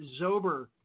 Zober